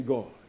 God